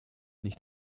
nicht